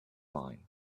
line